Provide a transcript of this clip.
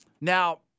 Now